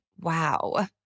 Wow